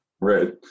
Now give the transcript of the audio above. Right